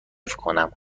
کنم